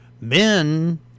Men